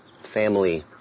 family